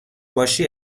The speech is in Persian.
باشی